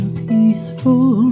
peaceful